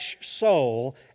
soul